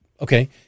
Okay